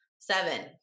Seven